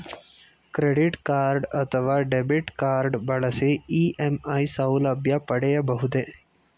Credit card ಅಥವಾ debit card ಬಳಸಿ EMI ಸೌಲಭ್ಯ ಪಡೆಯಬಹುದೇ?